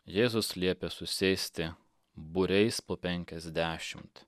jėzus liepė susėsti būriais po penkiasdešimt